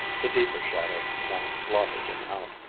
the deeper shadow now blotted him out.